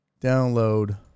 download